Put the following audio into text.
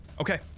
Okay